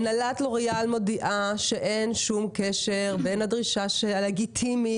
הנהלת לוריאל מודיעה שאין שום קשר בין הדרישה הלגיטימית